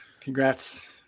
Congrats